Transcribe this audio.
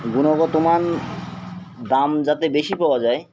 গুণগত মান দাম যাতে বেশি পাওয়া যায়